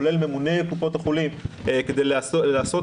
כולל ממוני קופות החולים כדי לעשות